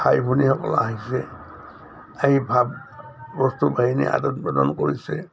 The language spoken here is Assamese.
ভাই ভনীসকল আহিছে এই ভাব বস্তু বাহিনী আদান প্ৰদান কৰিছে